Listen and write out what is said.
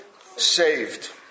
saved